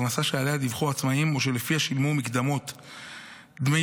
ההכנסה שעליה דיווחו עצמאים או שלפיה שילמו מקדמות לביטוח